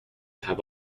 have